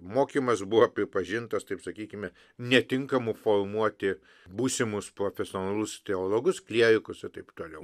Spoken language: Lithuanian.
mokymas buvo pripažintas taip sakykime netinkamu formuoti būsimus profesionalus teologus klierikus ir taip toliau